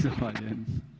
Zahvaljujem.